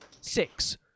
Six